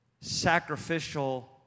sacrificial